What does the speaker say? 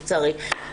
לצערי.